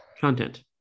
Content